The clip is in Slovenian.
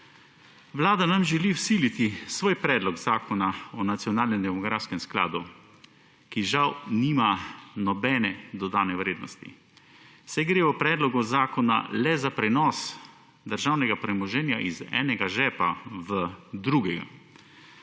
Vlada nam želi vsiliti svoj predlog zakon o nacionalnem demografskem skladu, ki žal nima nobene dodane vrednosti, saj gre o predlogu zakona le za prenos državnega premoženja iz enega žepa v drugega.